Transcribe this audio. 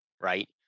right